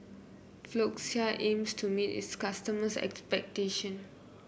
Floxia aims to meet its customers' expectation